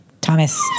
Thomas